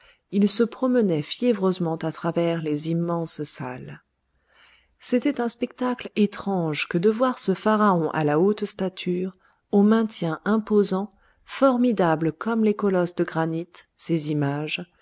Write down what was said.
il se promenait fiévreusement à travers les immenses salles c'était un spectacle étrange que de voir ce pharaon à la haute stature au maintien imposant formidable comme les colosses de granit ses images